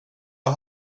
jag